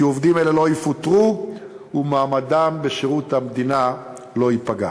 כי עובדים אלו לא יפוטרו ומעמדם בשירות המדינה לא ייפגע.